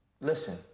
listen